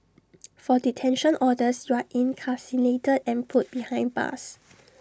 for detention orders you're incarcerated and put behind bars